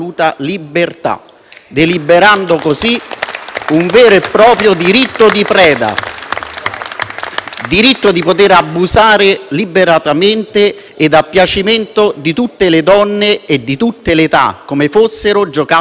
un vero e proprio diritto di preda, ossia il diritto di poter abusare liberamente e a piacimento di tutte le donne, di tutte le età, come fossero giocattoli di sfogo (le marocchinate).